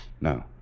No